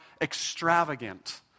extravagant